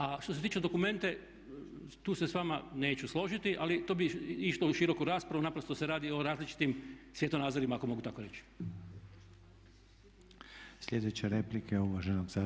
A što se tiče dokumente, tu se s vama neću složiti, ali to bi išlo u široku raspravu, naprosto se radi o različitim svjetonazorima ako mogu tako reći.